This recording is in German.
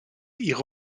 ihre